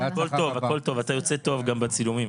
הכל טוב, הכל טוב, אתה יוצא טוב גם בצילומים.